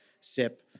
sip